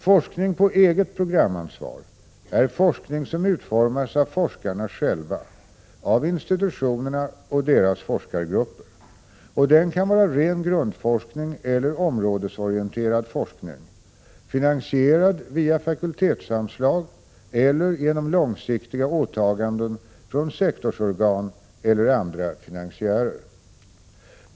Forskning på eget programansvar är forskning som utformas av forskarna själva, av institutionerna och deras forskargrupper, och den kan vara ren grundforskning eller områdesorienterad forskning, finansierad via fakultetsanslag eller genom långsiktiga åtaganden från sektorsorgan eller andra finansiärer.